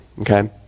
Okay